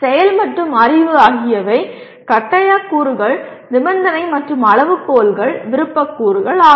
செயல் மற்றும் அறிவு ஆகியவை கட்டாய கூறுகள் நிபந்தனை மற்றும் அளவுகோல்கள் விருப்ப கூறுகள் ஆகும்